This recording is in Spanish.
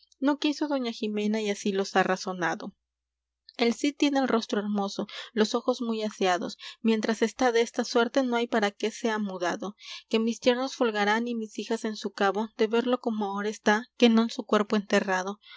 no quiso doña jimena y así los ha razonado el cid tiene el rostro hermoso los ojos muy aseados mientras está desta suerte no hay para que sea mudado que mis yernos folgarán y mis fijas en su cabo de verlo cómo ahora está que non su cuerpo enterrado